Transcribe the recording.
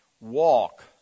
walk